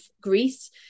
Greece